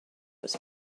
was